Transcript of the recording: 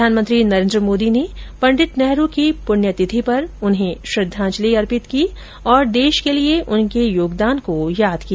प्रधानमंत्री नरेन्द्र मोदी ने पंडित नेहरू की प्रण्यतिथि पर उन्हें श्रद्दाजलि अर्पित की और देश के लिये उनके योगदान को याद किया